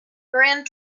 grand